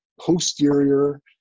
posterior